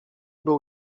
był